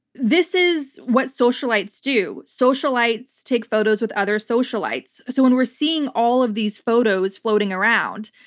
this is what socialites do. socialites take photos with other socialites. so when we're seeing all of these photos floating around,